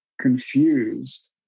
confused